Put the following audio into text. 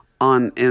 on